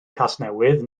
casnewydd